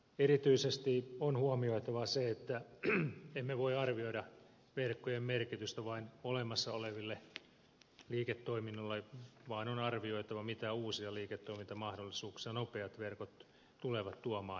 erityisesti on huomioitava se että emme voi arvioida verkkojen merkitystä vain olemassa olevalle liiketoiminnalle vaan on arvioitava mitä uusia liiketoimintamahdollisuuksia nopeat verkot tulevat tuomaan maaseudulle